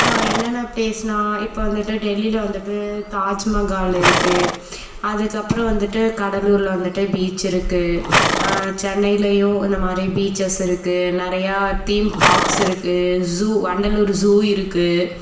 என்னென்ன ப்ளேஸ்னா இப்போ வந்துட்டு டெல்லியில் வந்துட்டு தாஜ்மஹால் இருக்குது அதுக்கு அப்பறம் வந்துட்டு கடலூரில் வந்துட்டு பீச் இருக்குது சென்னைலயும் இந்த மாதிரி பீச்சஸ் இருக்குது நிறையா தீம் பார்க்ஸ் இருக்குது ஜூ வண்டலூர் ஜூ இருக்குது